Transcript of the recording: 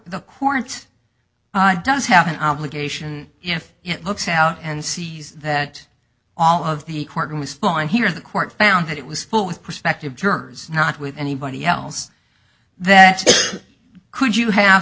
the courts does have an obligation if it looks out and sees that all of the courtroom was full and here the court found that it was full with prospective jurors not with anybody else that could you have